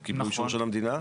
קיבלו אישור של המדינה?